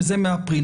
וזה מאפריל.